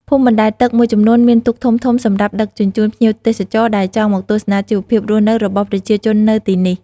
ភូមិបណ្ដែតទឹកមួយចំនួនមានទូកធំៗសម្រាប់ដឹកជញ្ជូនភ្ញៀវទេសចរណ៍ដែលចង់មកទស្សនាជីវភាពរស់នៅរបស់ប្រជាជននៅទីនេះ។